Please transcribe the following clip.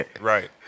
Right